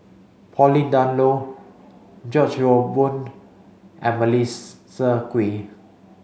pauline Dawn Loh George Yeo Boon Melissa Kwee